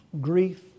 grief